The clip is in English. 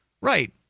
Right